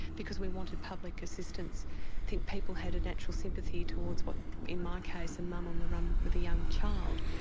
because we wanted public assistance. i think people had a natural sympathy towards what in my case a mum on the run with a young child,